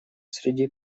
среди